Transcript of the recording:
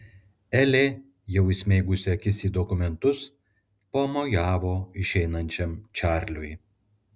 elė jau įsmeigusi akis į dokumentus pamojavo išeinančiam čarliui